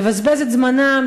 לבזבז את זמנם,